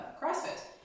CrossFit